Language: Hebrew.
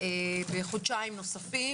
בחודשיים נוספים,